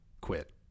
quit